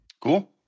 Cool